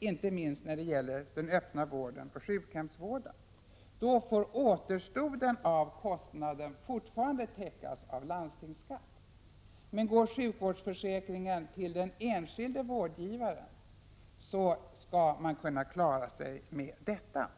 inte minst när det gäller den öppna vården och sjukhemsvården — får återstoden av kostnaden fortfarande täckas av landstingsskatt. Går sjukvårdsförsäkringen till den enskilde vårdnadsgivaren, skall man kunna klara sig med detta.